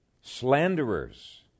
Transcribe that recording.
slanderers